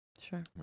Sure